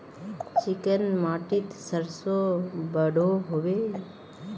Chicken माटित सरसों बढ़ो होबे?